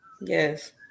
Yes